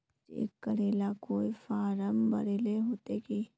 Cheque करेला कोई form भरेले होते की?